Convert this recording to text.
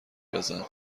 بزن